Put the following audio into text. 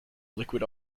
liquid